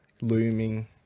looming